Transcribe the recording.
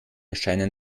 scheinen